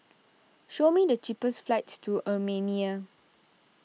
show me the cheapest flights to Armenia